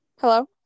Hello